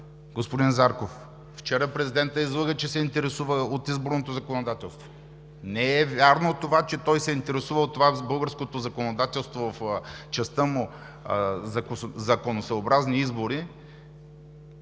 господин Зарков? Вчера президентът излъга, че се интересува от изборното законодателство. Не е вярно това, че той се интересува от българското законодателство в частта му да бъдат